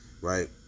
right